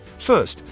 first,